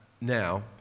now